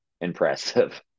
impressive